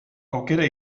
aukera